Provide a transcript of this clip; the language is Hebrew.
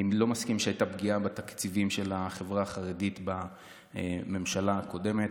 אני לא מסכים שהייתה פגיעה בתקציבים של החברה החרדית בממשלה הקודמת.